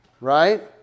right